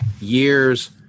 years